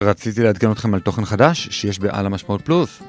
רציתי לעדכן אתכם על תוכן חדש שיש בעל המשמעות פלוס